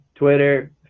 Twitter